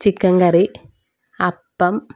chicken curry അപ്പം